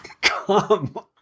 come